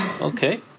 okay